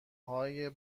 های